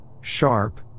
sharp